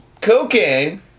cocaine